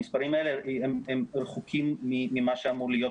המספרים האלה הם רחוקים ממה שאמור להיות,